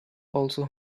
also